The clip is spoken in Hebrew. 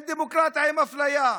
אין דמוקרטיה עם אפליה,